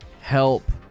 help